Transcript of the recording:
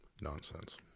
nonsense